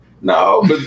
No